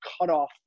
cutoff